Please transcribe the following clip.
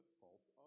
false